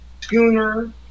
schooner